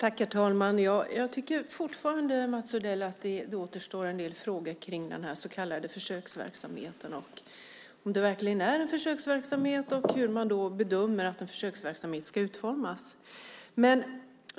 Herr talman! Jag tycker fortfarande, Mats Odell, att det återstår en del frågor kring den här så kallade försöksverksamheten - om det verkligen är en försöksverksamhet och hur man bedömer att en försöksverksamhet ska utformas.